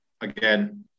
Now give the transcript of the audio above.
again